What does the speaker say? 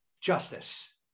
justice